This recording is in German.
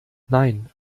nein